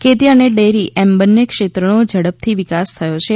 ખેતી અને ડેરી એમ બન્ને ક્ષેત્રોનો ઝડપથી વિકાસ થયો છે